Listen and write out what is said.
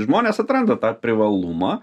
žmonės atranda tą privalumą